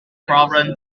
problem